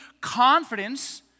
confidence